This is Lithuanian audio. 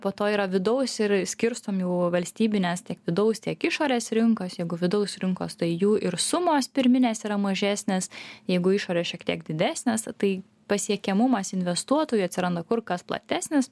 po to yra vidaus ir skirstomi valstybines tiek vidaus tiek išorės rinkas jeigu vidaus rinkos tai jų ir sumos pirminės yra mažesnės jeigu išorės šiek tiek didesnės tai pasiekiamumas investuotojų atsiranda kur kas platesnis